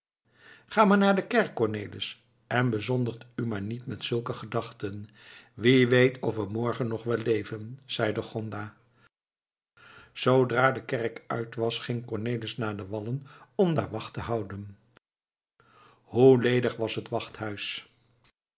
ga maar naar de kerk cornelis en bezondig u maar niet met zulke gedachten wie weet of we morgen nog wel leven zeide gonda zoodra de kerk uit was ging cornelis naar de wallen om daar de wacht te houden hoe ledig was het wachthuis